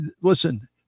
listen